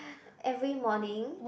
every morning